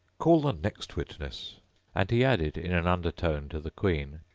call the next witness and he added in an undertone to the queen,